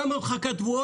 כמה של תבואות,